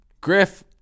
Griff